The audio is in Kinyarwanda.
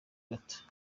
bato